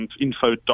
info